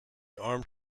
armed